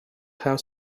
have